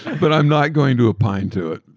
but i'm not going to opine to it.